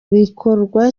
bikorwa